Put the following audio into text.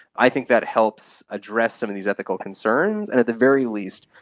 i think that helps address some of these ethical concerns and, at the very least,